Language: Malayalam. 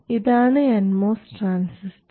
ഇതാണ് എൻ മോസ് ട്രാൻസിസ്റ്റർ